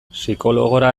psikologora